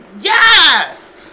Yes